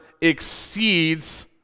exceeds